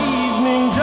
evening